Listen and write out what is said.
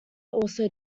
also